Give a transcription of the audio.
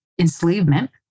enslavement